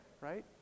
right